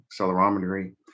accelerometry